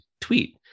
tweet